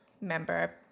member